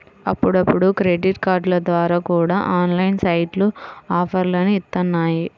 అప్పుడప్పుడు క్రెడిట్ కార్డుల ద్వారా కూడా ఆన్లైన్ సైట్లు ఆఫర్లని ఇత్తన్నాయి